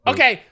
Okay